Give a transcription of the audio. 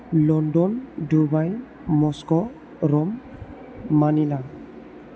London Dubai Moscow Rome Manila